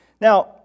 Now